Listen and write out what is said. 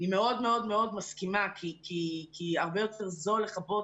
אני מאוד מאוד מסכימה כי הרבה יותר זול למנוע,